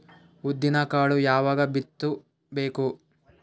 ಉದ್ದಿನಕಾಳು ಯಾವಾಗ ಬಿತ್ತು ಬೇಕು?